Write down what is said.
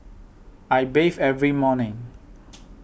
I bathe every morning